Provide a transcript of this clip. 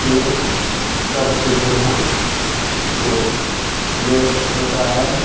से कर देते हैं तो यह होता है